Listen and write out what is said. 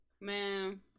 Man